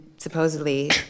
supposedly